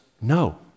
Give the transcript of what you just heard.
no